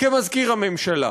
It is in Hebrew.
כמזכיר הממשלה.